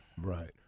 Right